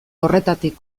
horretatik